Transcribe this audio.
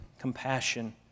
compassion